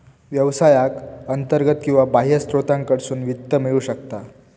व्यवसायाक अंतर्गत किंवा बाह्य स्त्रोतांकडसून वित्त मिळू शकता